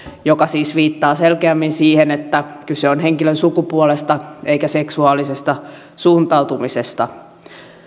joka siis viittaa selkeämmin siihen että kyse on henkilön sukupuolesta eikä seksuaalisesta suuntautumisesta